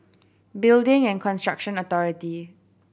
Building and Construction Authority